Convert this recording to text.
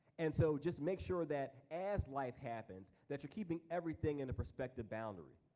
and so just make sure that as life happens that you're keeping everything in a prospective boundary.